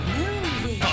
movie